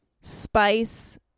spice